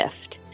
shift